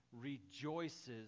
rejoices